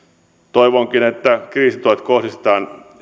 toivonkin että kriisituet kohdistetaan